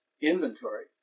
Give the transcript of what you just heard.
inventory